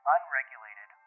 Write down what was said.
unregulated